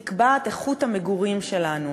נקבעת איכות המגורים שלנו,